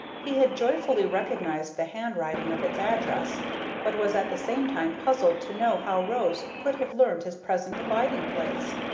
he had joyfully recognized the handwriting of its address but was at the same time puzzled to know how rose could have learned his present abiding-place.